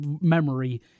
memory